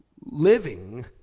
living